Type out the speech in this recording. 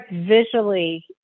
visually